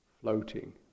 floating